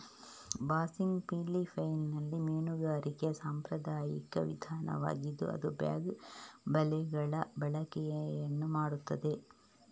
ಬಾಸ್ನಿಗ್ ಫಿಲಿಪೈನ್ಸಿನಲ್ಲಿ ಮೀನುಗಾರಿಕೆಯ ಸಾಂಪ್ರದಾಯಿಕ ವಿಧಾನವಾಗಿದ್ದು ಅದು ಬ್ಯಾಗ್ ಬಲೆಗಳ ಬಳಕೆಯನ್ನು ಮಾಡುತ್ತದೆ